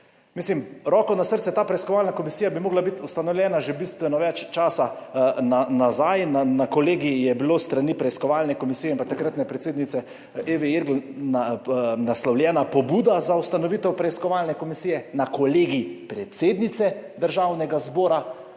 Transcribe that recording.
Roko na srce, ta preiskovalna komisija bi morala biti ustanovljena že bistveno več časa nazaj. Na Kolegij predsednice Državnega zbora je bila s strani preiskovalne komisije in takratne predsednice Eve Irgl naslovljena pobuda za ustanovitev preiskovalne komisije, ampak Kolegij predsednice Državnega zbora